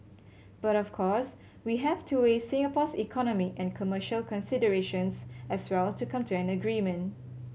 but of course we have to weigh Singapore's economic and commercial considerations as well to come to an agreement